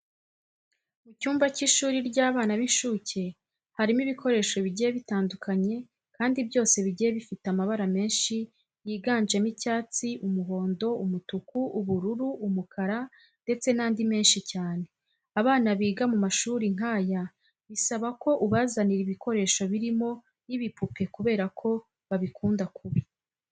Mu cyumba cy'ishuri ry'abana b'inshuke harimo ibikoresho bigiye bitandukanye kandi byose bigiye bifite amabara menshi yiganjemo icyatsi, umuhondo, umutuku, ubururu, umukara ndetse n'andi menshi cyane. Abana biga mu mashuri nk'aya bisaba ko ubazanira ibikoresho birimo n'ibipupe kubera ko babikunda kubi.